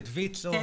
את ויצ"ו',